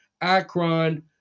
Akron